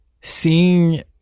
seeing